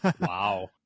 wow